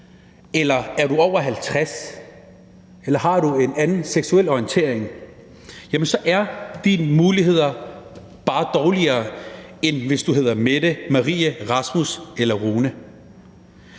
eller er du over 50, eller har du en anden seksuel orientering, jamen så er din muligheder bare dårligere, end hvis du hedder Mette, Marie, Rasmus eller Rune.